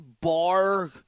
bar